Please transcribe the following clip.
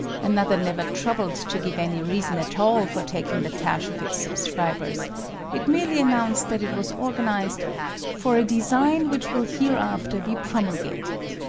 another never troubled to give any reason at all for taking the cash of its subscribers it merely announced that it was organized for a design which will hereafter be promulgated.